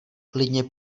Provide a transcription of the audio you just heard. klidně